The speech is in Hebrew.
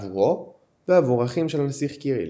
עבורו ועבור אחיו הנסיך קיריל.